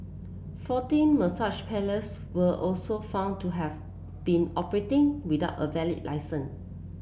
fourteen massage parlours were also found to have been operating without a valid licence